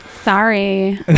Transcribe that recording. Sorry